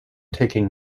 taking